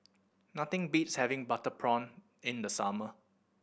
nothing beats having butter prawn in the summer